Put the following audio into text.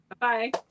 Bye